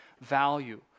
value